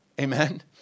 Amen